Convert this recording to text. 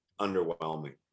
underwhelming